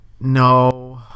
No